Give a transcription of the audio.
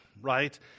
right